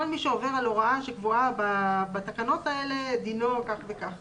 מי שעובר על הוראה שקבועה בתקנות האלה דינו כך וכך,